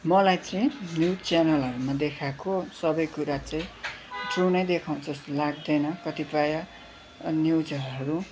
मलाई चाहिँ न्युज च्यानलहरूमा देखाएको सबै कुरा चाहिँ ट्रु नै देखाउँछ जस्तो लाग्दैन कतिपय न्युजहरू